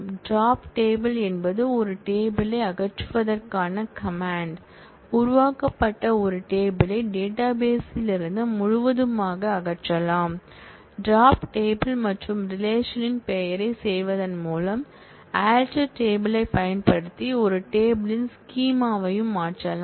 DROP TABLE என்பது ஒரு table யை அகற்றுவதற்கான கமாண்ட் உருவாக்கப்பட்ட ஒரு டேபிள் யை டேட்டாபேஸ்லிருந்து முழுவதுமாக அகற்றலாம் DROP TABLE மற்றும் ரிலேஷன்ன் பெயரைச் செய்வதன் மூலம் ALTER TABLE ஐப் பயன்படுத்தி ஒரு டேபிள் யின் ஸ்கீமா யும் மாற்றலாம்